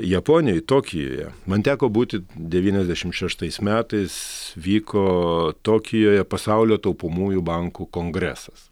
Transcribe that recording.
japonijoj tokijuje man teko būti devyniasdešimt šeštais metais vyko tokijuje pasaulio taupomųjų bankų kongresas